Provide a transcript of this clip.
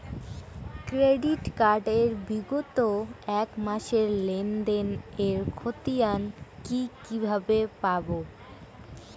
Credit card এর বিগত এক মাসের লেনদেন এর ক্ষতিয়ান কি কিভাবে পাব?